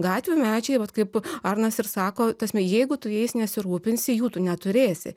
gatvių medžiai vat kaip arnas ir sako ta prasme jeigu tu jais nesirūpinsi jų tu neturėsi